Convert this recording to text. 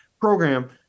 program